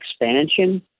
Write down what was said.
expansion